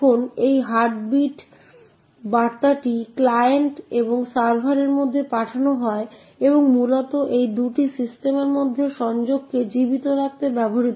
এখন এই মুহুর্তে আমরা স্ট্যাকের উপর কী আছে তা দেখব